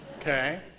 Okay